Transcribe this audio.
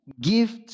gift